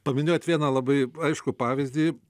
paminėjot vieną labai aiškų pavyzdį